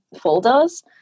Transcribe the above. folders